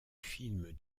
film